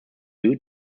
due